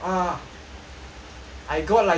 I got like shot